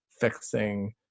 fixing